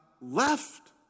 left